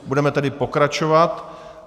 Budeme tedy pokračovat.